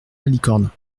malicorne